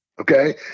okay